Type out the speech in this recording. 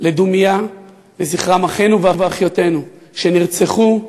לדומייה לזכרם של אחינו ואחיותינו שנרצחו,